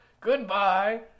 Goodbye